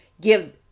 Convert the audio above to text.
give